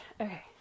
okay